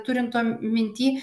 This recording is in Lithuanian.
turint om mintyje